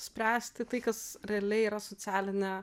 spręsti tai kas realiai yra socialinė